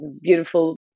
beautiful